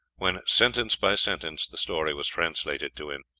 when, sentence by sentence, the story was translated to him.